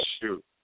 shoot